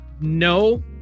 no